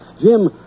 Jim